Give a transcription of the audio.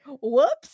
whoops